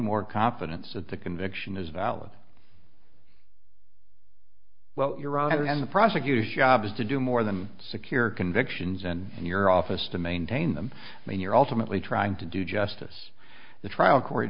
more confidence that the conviction is valid well your honor and the prosecutor's job is to do more than secure convictions and your office to maintain them when you're ultimately trying to do justice the trial court